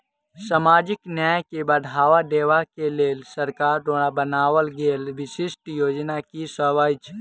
सामाजिक न्याय केँ बढ़ाबा देबा केँ लेल सरकार द्वारा बनावल गेल विशिष्ट योजना की सब अछि?